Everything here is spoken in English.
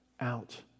out